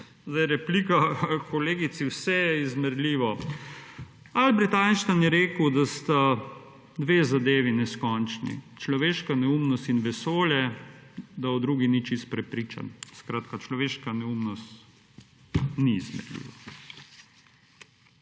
Zdaj replika kolegici. Vse je izmerljivo. Albert Einstein je rekel, da sta dve zadevi neskončni, človeška neumnost in vesolje, in da o drugi ni čisto prepričan. Skratka človeška neumnost ni izmerljiva.